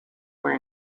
were